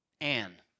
Anne